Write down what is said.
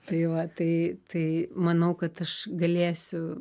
tai va tai tai manau kad aš galėsiu